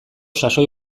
sasoi